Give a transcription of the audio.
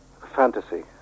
fantasy